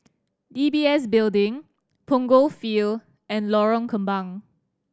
D B S Building Punggol Field and Lorong Kembang